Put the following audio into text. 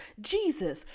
jesus